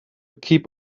keep